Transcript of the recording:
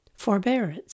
Forbearance